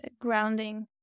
grounding